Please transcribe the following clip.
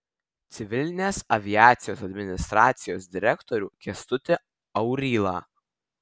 civilinės aviacijos administracijos direktorių kęstutį aurylą